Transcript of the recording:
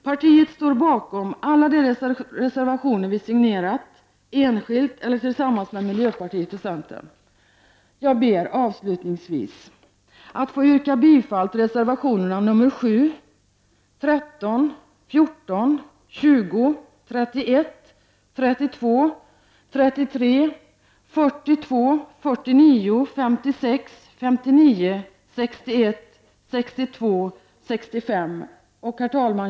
Partiet står bakom alla de reservationer vi signerat, enskilt eller tillsammans med miljöpartiet och centern. Jag ber avslutningsvis att få yrka bifall till reservationerna nr 7, 13, 14, 20, 31, 32, 33, 42, 49, 56, 59, 61, 62 och 65. Herr talman!